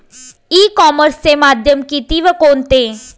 E कॉमर्सचे माध्यम किती व कोणते?